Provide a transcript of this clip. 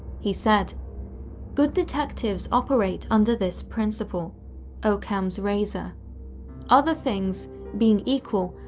he said good detectives operate under this principle occam's razor other things being equal,